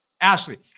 Ashley